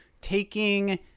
taking